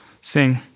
sing